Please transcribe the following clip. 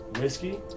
Whiskey